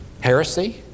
heresy